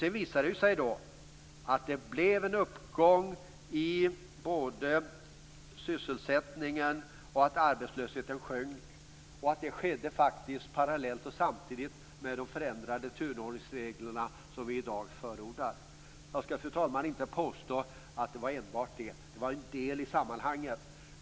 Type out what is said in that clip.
Det visade sig att det blev en uppgång i sysselsättningen och att arbetslösheten sjönk samtidigt med den förändring av turordningsreglerna vi i dag förordar. Jag skall inte påstå att uppgången berodde enbart på det. Det var en del i sammanhanget.